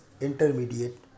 intermediate